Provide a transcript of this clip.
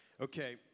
Okay